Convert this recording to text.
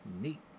Neat